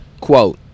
Quote